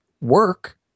work